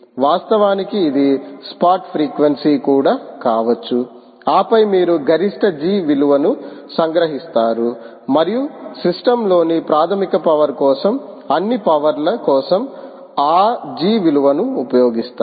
వాస్తవానికి ఇది spot frequency కూడా కావచ్చు ఆపై మీరు గరిష్ట G విలువను సంగ్రహిస్తారు మరియు సిస్టమ్లోని ప్రాథమిక పవర్ కోసం అన్ని పవర్ ల కోసం ఆ G విలువను ఉపయోగిస్తారు